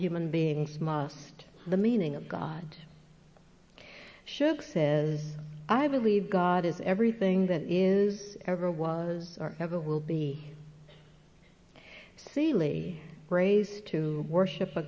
human beings must the meaning of god should says i believe god is everything that is ever was or ever will be sealy raised to worship